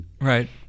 Right